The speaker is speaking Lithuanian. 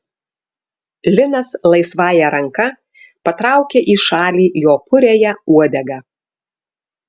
linas laisvąja ranka patraukia į šalį jo puriąją uodegą